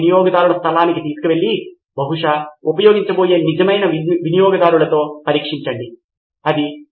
professor వారు పాఠశాల మౌలిక సదుపాయాలతో దీన్ని చేయడం లేదు కాని వారు దీన్ని చేయడానికి వారి స్వంత మౌలిక సదుపాయాలను ఉపయోగిస్తున్నారు మరియు ఇది బహుశా క్లౌడ్ స్పేస్ మీద ఉంటుంది